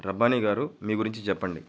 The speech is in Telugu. రబ్బాని గారు మీ గురించి చెప్పండి